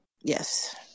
Yes